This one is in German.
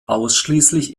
ausschließlich